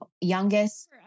youngest